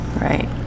Right